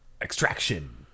Extraction